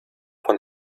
von